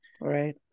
right